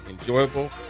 enjoyable